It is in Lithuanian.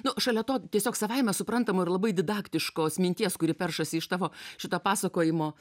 nu šalia to tiesiog savaime suprantama ir labai didaktiškos minties kuri peršasi iš tavo šito pasakojimo